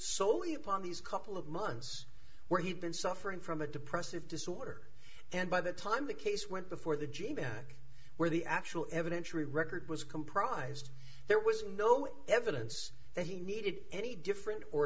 solely upon these couple of months where he had been suffering from a depressive disorder and by the time the case went before the gene back where the actual evidentiary record was comprised there was no evidence that he needed any different or